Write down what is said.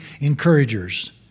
encouragers